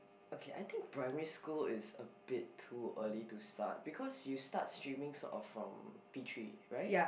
okay I think primary school is a bit too early to start because you start streaming sort of from P-three right